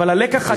אבל הלקח,